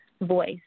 voice